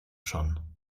schon